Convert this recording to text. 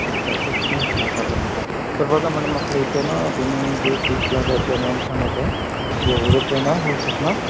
ठीक आहे तर तीस लाखापर्यंत तर बघा मॅडम आपल्या इथं ना तुम्ही जे तीस लाखाची अमाऊंट सांगत आहे एवढं तर नाही होऊ शकणार